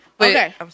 Okay